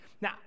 Now